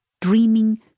dreaming